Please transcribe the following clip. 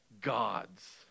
gods